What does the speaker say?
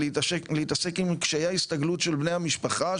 להתעסק עם קשיי ההסתגלות של בני המשפחה,